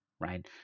right